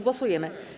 Głosujemy.